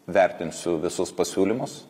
vertinsiu visus pasiūlymus